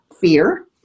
fear